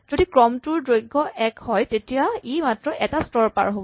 যদি ক্ৰমটোৰ দৈৰ্ঘ এক হয় তেতিয়া ই মাত্ৰ এটা স্তৰ পাৰ হ'ব